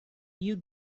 you